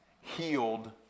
healed